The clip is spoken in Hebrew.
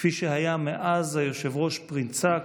כפי שהיה מאז היושב-ראש שפרינצק,